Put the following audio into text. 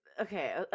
okay